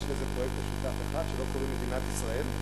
של איזה פרויקט משותף אחד שקוראים לו מדינת ישראל.